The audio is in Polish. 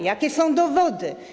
Jakie są dowody?